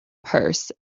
purse